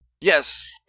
Yes